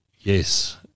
yes